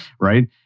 right